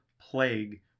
plague